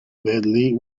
badly